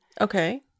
Okay